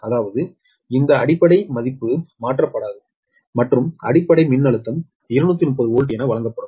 அதாவது இந்த அடிப்படை மதிப்பு மாற்றப்படாது மற்றும் அடிப்படை மின்னழுத்தம் 230 வோல்ட் என வழங்கப்படும்